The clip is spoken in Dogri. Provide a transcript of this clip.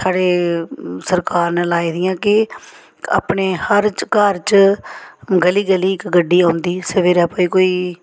साढ़े सरकार ने लाई दियां के अपने हर च घर च ग'ली ग' इक गड्डी औंदी सवेरेै कोई कोई